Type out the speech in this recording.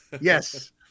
Yes